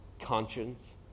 conscience